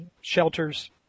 shelters